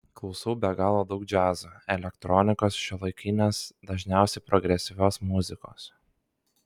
klausau be galo daug džiazo elektronikos šiuolaikinės dažniausiai progresyvios muzikos